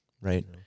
right